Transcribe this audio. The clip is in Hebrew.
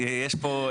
פה,